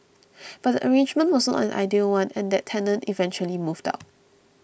but the arrangement was not an ideal one and that tenant eventually moved out